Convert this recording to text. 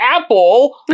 apple